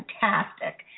fantastic